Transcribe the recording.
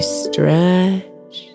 stretch